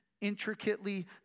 intricately